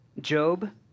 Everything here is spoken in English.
Job